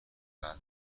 بعد